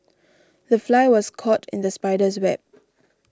the fly was caught in the spider's web